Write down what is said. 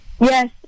Yes